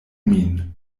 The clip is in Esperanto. min